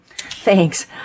Thanks